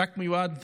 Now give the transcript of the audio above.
זה מיועד